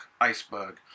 iceberg